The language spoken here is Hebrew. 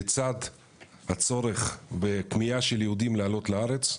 לצד הצורך בפנייה של יהודים לעלות לארץ,